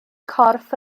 corff